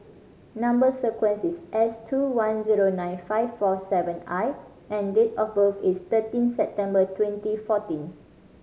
number sequence is S two one zero nine five four seven I and date of birth is thirteen September twenty fourteen